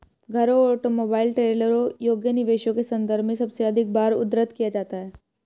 घरों, ऑटोमोबाइल, ट्रेलरों योग्य निवेशों के संदर्भ में सबसे अधिक बार उद्धृत किया जाता है